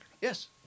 Yes